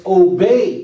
obey